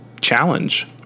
challenge